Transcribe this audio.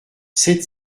sept